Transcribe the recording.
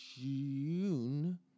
june